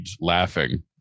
laughing